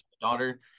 daughter